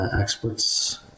experts